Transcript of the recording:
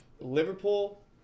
Liverpool